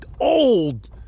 old